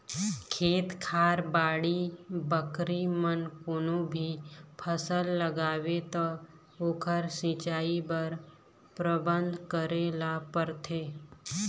खेत खार, बाड़ी बखरी म कोनो भी फसल लगाबे त ओखर सिंचई बर परबंध करे ल परथे